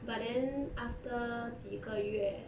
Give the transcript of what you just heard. but then after 几个月